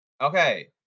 Okay